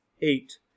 Eight